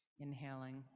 Inhaling